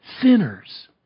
sinners